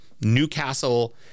Newcastle